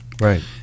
Right